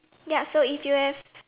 ya so if you have